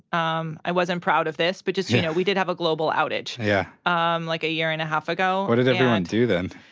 um i wasn't proud of this, but just, you know, we did have a global outage. yeah. um like, a year and a half ago. what did everyone do then?